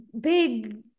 big